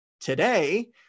today